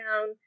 down